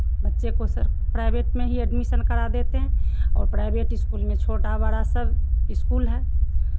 बच्चे को sir private में ही एडमिशन करा देते हैं और प्राइवेट स्कूल में छोटा बड़ा सब स्कूल है